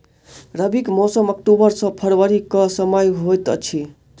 रबीक मौसम अक्टूबर सँ फरबरी क समय होइत अछि